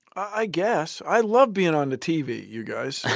i guess. i love being on the tv, you guys.